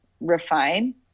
refine